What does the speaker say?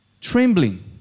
trembling